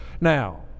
now